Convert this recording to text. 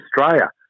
Australia